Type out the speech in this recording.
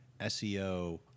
SEO